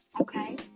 Okay